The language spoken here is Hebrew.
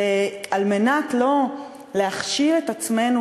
וכדי שלא להכשיל את עצמנו,